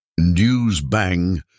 Newsbang